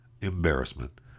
embarrassment